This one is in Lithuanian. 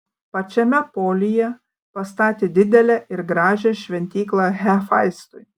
pačiame polyje pastatė didelę ir gražią šventyklą hefaistui